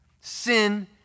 Sin